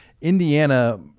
Indiana